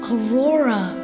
Aurora